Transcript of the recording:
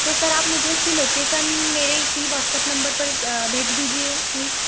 तो सर आप मुझे इसकी लोकेसन मेरे इसी वाट्सअप नम्बर पर भेज दीजिए प्लीस